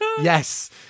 yes